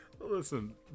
Listen